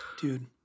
Dude